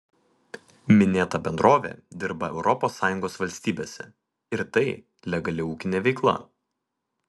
minėta bendrovė dirba europos sąjungos valstybėse ir tai legali ūkinė veikla